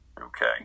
Okay